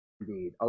Indeed